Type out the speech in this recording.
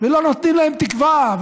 ולא נותנים להם תקווה,